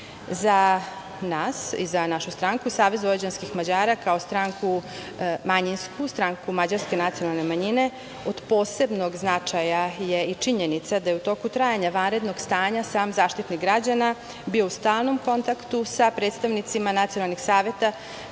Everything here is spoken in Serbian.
nas i za našu stranku, Savez vojvođanskih Mađara, kao stranku manjinsku, stranku mađarske nacionalne manjine od posebnog značaja je i činjenica da je u toku trajanja vanrednog stanja sam Zaštitnik građana bio u stalnom kontaktu sa predstavnicima nacionalnih saveta